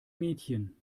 mädchen